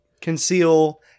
conceal